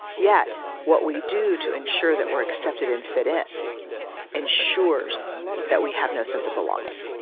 yet what we do to ensure that we're accepted and fit in ensures that we have no sense of belonging